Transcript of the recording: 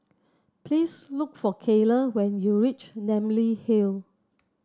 please look for Cayla when you reach Namly Hill